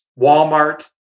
Walmart